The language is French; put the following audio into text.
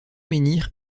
menhirs